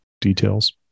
details